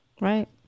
Right